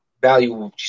value